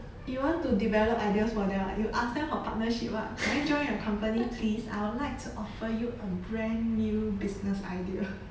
if you want to develop ideas for them ah you ask them for partnership lah can I join your company please I would like to offer you a brand new business idea